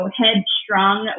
headstrong